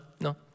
no